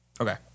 Okay